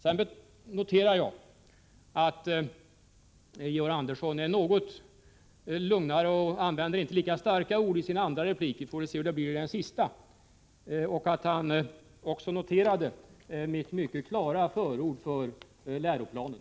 Jag noterar vidare att Georg Andersson är något lugnare och inte använder lika starka ord i sin andra replik. Vi får se hur det blir i den sista. Han noterade också mitt mycket klara förord för läroplanen.